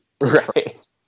right